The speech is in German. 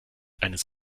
eines